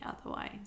otherwise